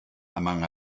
among